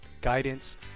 guidance